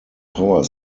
power